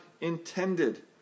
intended